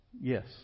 Yes